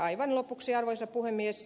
aivan lopuksi arvoisa puhemies